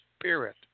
spirit